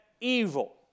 evil